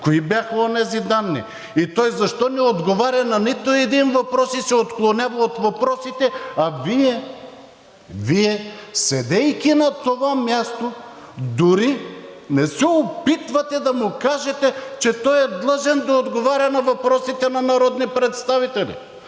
Кои бяха онези данни и той защо не отговаря на нито един въпрос и се отклонява от въпросите? А Вие, седейки на това място, дори не се опитвате да му кажете, че той е длъжен да отговаря на въпросите на народните представители!